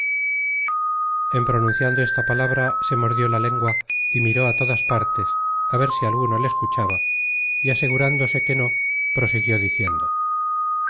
en pronunciando esta palabra se mordió la lengua y miró a todas partes á ver si alguno le escuchaba y asegurándose que no prosiguió diciendo